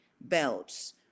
belts